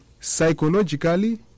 psychologically